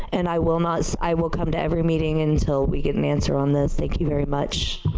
and i will not i will come to every meeting until we get an answer on there. thank you very much?